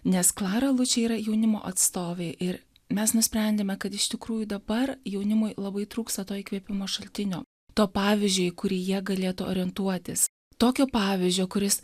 nes klara lučė yra jaunimo atstovė ir mes nusprendėme kad iš tikrųjų dabar jaunimui labai trūksta to įkvėpimo šaltinio to pavyzdžio į kurį jie galėtų orientuotis tokio pavyzdžio kuris